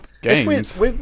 games